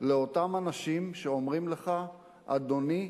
לאותם אנשים שאומרים לך: אדוני,